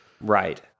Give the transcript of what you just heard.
Right